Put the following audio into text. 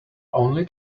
only